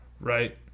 Right